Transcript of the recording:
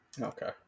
Okay